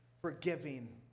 Forgiving